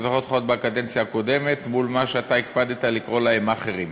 אני זוכר אותך עוד בקדנציה הקודמת מול מי שאתה הקפדת לקרוא להם מאכערים,